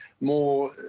more